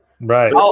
right